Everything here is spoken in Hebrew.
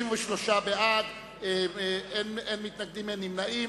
בעד, אין מתנגדים, אין נמנעים.